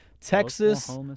Texas